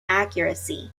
accuracy